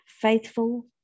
Faithful